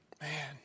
Man